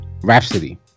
Rhapsody